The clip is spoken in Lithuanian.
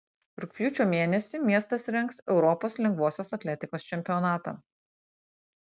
rugpjūčio mėnesį miestas rengs europos lengvosios atletikos čempionatą